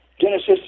Genesis